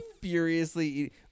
furiously